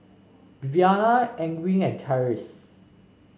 Viviana Ewing and Tyrese